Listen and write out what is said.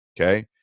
okay